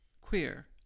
queer